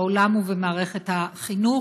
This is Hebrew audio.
בעולם ובמערכת החינוך,